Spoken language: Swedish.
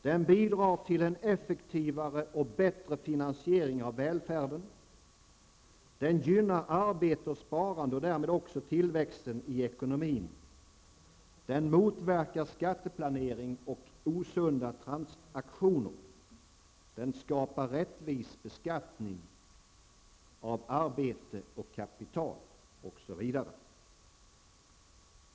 Den bidrar till en effektivare och bättre finansiering av välfärden. Den gynnar arbete och sparande och därmed också tillväxten i ekonomin. Den motverkar skatteplanering och osunda transaktioner. Den skapar rättvis beskattning av arbete och kapital osv.